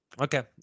Okay